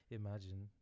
imagine